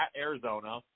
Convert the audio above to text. Arizona